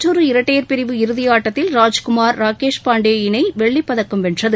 மற்றொரு இரட்டையர் பிரிவு இறுதியாட்டத்தில் ராஜ்குமார் ராகேஷ் பாண்டே இணை வெள்ளிப் பதக்கம் வென்றது